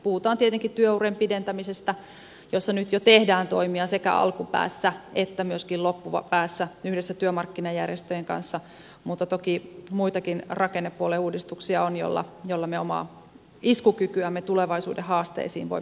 puhutaan tietenkin työurien pidentämisestä jossa nyt jo tehdään toimia sekä alkupäässä että myöskin loppupäässä yhdessä työmarkkinajärjestöjen kanssa mutta toki muitakin rakennepuolen uudistuksia on joilla me omaa iskukykyämme tulevaisuuden haasteisiin voimme vahvistaa